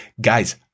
Guys